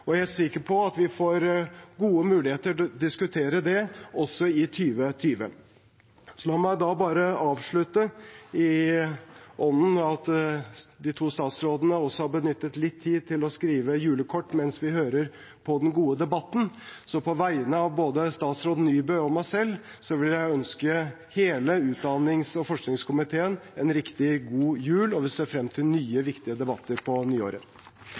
Jeg er sikker på at vi får gode muligheter til å diskutere det også i 2020. La meg avslutte i ånd av at de to statsrådene også har benyttet litt tid til å skrive julekort mens vi hørte på den gode debatten. På vegne av statsråd Nybø og meg selv vil jeg ønske hele utdannings- og forskningskomiteen en riktig god jul. Vi ser frem til nye, viktige debatter på nyåret.